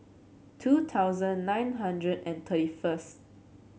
two thousand nine hundred and thirty first